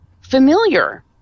familiar